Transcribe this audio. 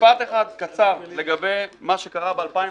משפט אחד קצר לגבי מה שקרה ב-2015.